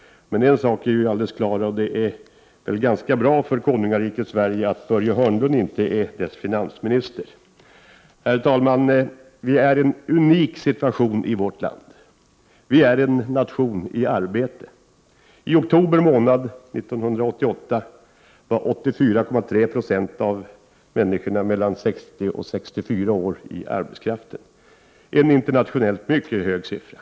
Men en sak är ganska klar: det är bra för konungariket Sverige att Börje Hörnlund inte är dess finansminister. Herr talman! Vi är i en unik situation i vårt land. Vi är en nation i arbete. I oktober månad 1988 var 84,3 Zo av människorna mellan 60 och 64 år i arbete. Prot. 1988/89:45 Detta är en internationellt sett mycket hög siffra.